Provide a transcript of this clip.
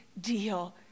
deal